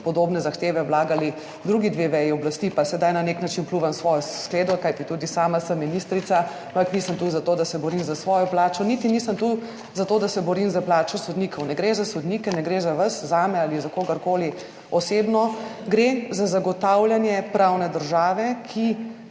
podobne zahteve vlagali drugi dve veji oblasti, pa sedaj na nek način pljuvam v svojo skledo, kajti tudi sama sem ministrica, ampak nisem tu zato, da se borim za svojo plačo, niti nisem tu zato, da se borim za plače sodnikov, ne gre za sodnike, ne gre za vas, zame ali za kogarkoli osebno, gre za zagotavljanje pravne države,